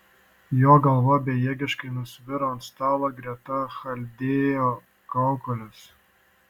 jo galva bejėgiškai nusviro ant stalo greta chaldėjo kaukolės